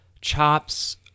chops